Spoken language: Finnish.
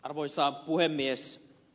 arvoisa puhemies